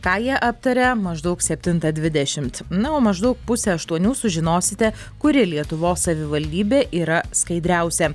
ką jie aptarė maždaug septintą dvidešimt na o maždaug pusę aštuonių sužinosite kuri lietuvos savivaldybė yra skaidriausia